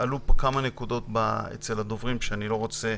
עלו כמה נקודות אצל הדוברים שאני לא רוצה